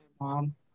mom